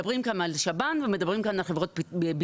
מדברים כאן ל שב"ן ומדברים כאן על חברות ביטוח,